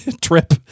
trip